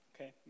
Okay